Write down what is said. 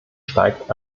steigt